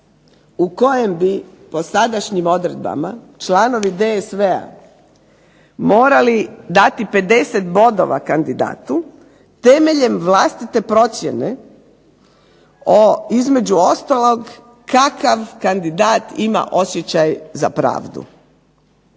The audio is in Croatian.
u kojem bi po sadašnjim odredbama članovi DSV-a morali dati 50 bodova kandidatu temeljem vlastite procjene o između ostalog kakav kandidat ima osjećaj za pravdu.